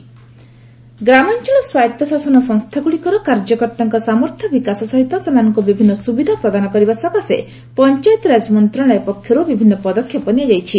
year end Panchayati Raj ଗ୍ରାମାଞ୍ଚଳ ସ୍ୱାୟତ୍ତ ଶାସନ ସଂସ୍ଥାଗୁଡ଼ିକର କାର୍ଯ୍ୟକର୍ତ୍ତାଙ୍କ ସାମର୍ଥ୍ୟ ବିକାଶ ସହିତ ସେମାନଙ୍କୁ ବିଭିନ୍ନ ସୁବିଧା ପ୍ରଦାନ କରିବା ସକାଶେ ପଞ୍ଚାୟତିରାଜ ମନ୍ତ୍ରଣାଳୟ ପକ୍ଷରୁ ବିଭିନ୍ନ ପଦକ୍ଷେପ ନିଆଯାଇଛି